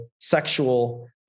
sexual